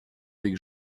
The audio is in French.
avec